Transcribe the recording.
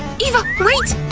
eva, wait!